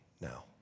now